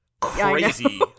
crazy